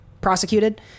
prosecuted